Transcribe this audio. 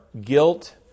guilt